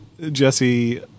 jesse